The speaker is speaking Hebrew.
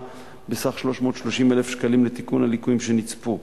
בסך 330,000 שקלים לתיקון הליקויים שנצפו.